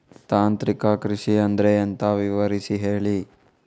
ತಾಂತ್ರಿಕ ಕೃಷಿ ಅಂದ್ರೆ ಎಂತ ವಿವರಿಸಿ ಹೇಳಿ